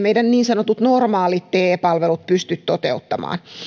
meidän niin sanotut normaalit te palvelumme eivät ikinä pysty toteuttamaan